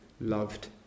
loved